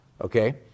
Okay